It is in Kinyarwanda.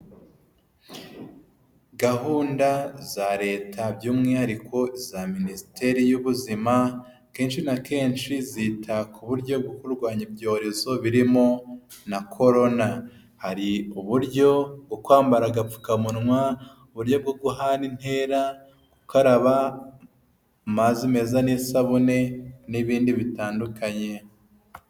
Gahunda za leta by'umwihariko iza minisiteri y'ubuzima kenshi na kenshi zita ku buryo kurwanya ibyorezo birimo na korona hari uburyo bwokwambara agapfukamunwa, uburyo bwohana intera, gukaraba amazi meza n'isabune n'ibindi bitandukanye.